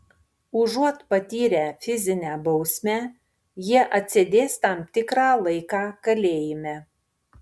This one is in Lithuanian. užuot patyrę fizinę bausmę jie atsėdės tam tikrą laiką kalėjime